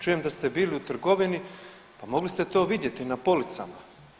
Čujem da ste bili u trgovini, pa mogli ste to vidjeti na policama.